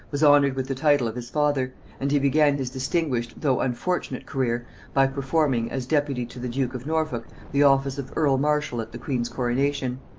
was honored with the title of his father and he began his distinguished though unfortunate career by performing, as deputy to the duke of norfolk, the office of earl-marshal at the queen's coronation.